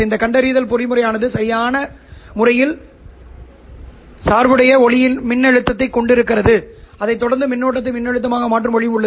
இந்த கண்டறிதல் பொறிமுறையானது சரியான முறையில் சார்புடைய ஒளிமின்னழுத்தத்தைக் கொண்டிருக்கிறது அதைத் தொடர்ந்து மின்னோட்டத்தை மின்னழுத்தமாக மாற்றும் வழி உள்ளது